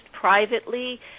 privately